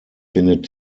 findet